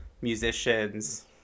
musicians